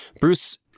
bruce